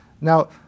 Now